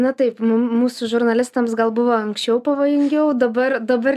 na taip mum mūsų žurnalistams gal buvo anksčiau pavojingiau dabar dabar